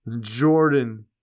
Jordan